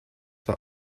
that